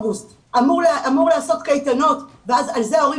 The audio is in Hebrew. שבאוגוסט אמור לעשות קייטנות ואז ההורים